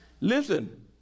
Listen